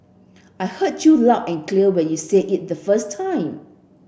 I heard you loud and clear when you said it the first time